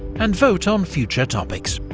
and vote on future topics.